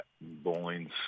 bowling's